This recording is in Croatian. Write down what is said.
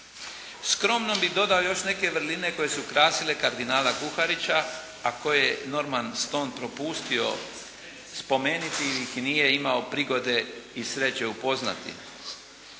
Skromno bi dodao još neke vrline koje su krasile kardinala Kuharića a koje je Norman Stone propustio spomenuti jer ih nije imao prigode i sreće upoznati.